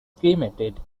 cremated